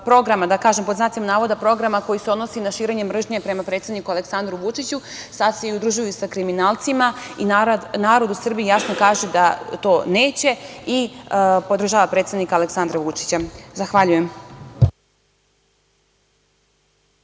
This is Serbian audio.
da kažem pod znacima navoda – programa, koji se odnosi na širenje mržnje prema predsedniku Aleksandru Vučiću. Sada se udružuju i sa kriminalcima. Narod u Srbiji jasno kaže da to neće i podržava predsednika Aleksandra Vučića. Zahvaljujem.